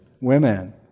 women